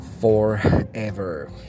forever